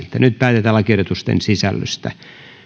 nyt päätetään lakiehdotusten sisällöstä